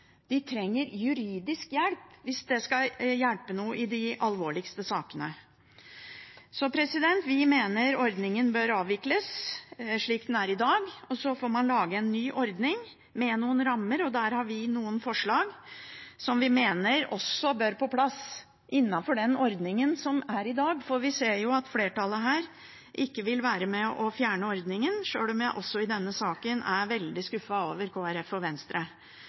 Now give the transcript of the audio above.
hvis det skal hjelpe noe i de alvorligste sakene. Vi mener ordningen slik den er i dag, bør avvikles, og så får man lage en ny ordning med noen rammer. Der har vi noen forslag, som vi mener også bør på plass innenfor den ordningen som er i dag, for vi ser jo at flertallet her ikke vil være med og fjerne ordningen. Også i denne saken er jeg veldig skuffet over Kristelig Folkeparti og Venstre,